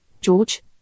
George